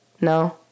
No